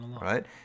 Right